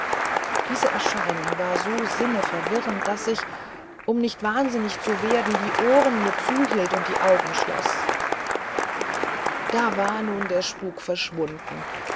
diese erscheinung war so sinneverwirrend daß ich um nicht wahnsinnig zu werden die ohren mir zuhielt und die augen schloß da war nun der spuk verschwunden